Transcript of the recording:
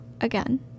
again